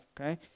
okay